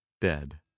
dead